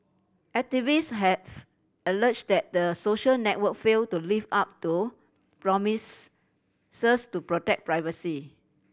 activist have alleged that the social network failed to live up to promise to protect privacy